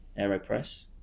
AeroPress